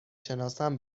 شناسم